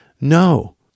No